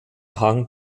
hang